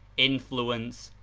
influence,